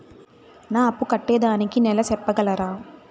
నా అప్పు కట్టేదానికి నెల సెప్పగలరా?